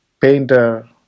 painter